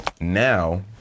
Now